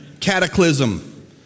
cataclysm